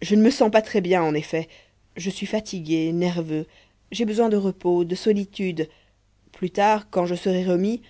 je ne me sens pas très bien en effet je suis fatigué nerveux j'ai besoin de repos de solitude plus tard quand je serai remis